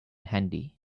handy